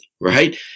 right